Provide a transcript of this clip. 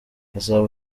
gasabo